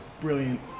brilliant